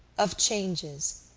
of changes,